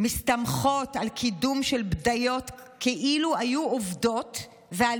מסתמכות על קידום של בדיות כאילו היו עובדות ועל